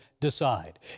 decide